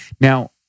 Now